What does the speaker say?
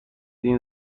این